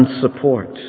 support